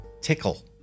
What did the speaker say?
Tickle